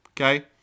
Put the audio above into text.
Okay